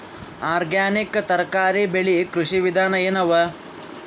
Organic ತರಕಾರಿ ಬೆಳಿ ಕೃಷಿ ವಿಧಾನ ಎನವ?